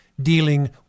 dealing